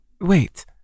wait